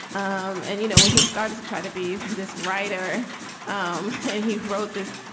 um and, you know, when he starts to try to be this writer um and he wrote this,